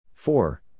four